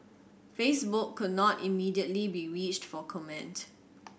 Facebook could not immediately be reached for comment